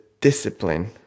discipline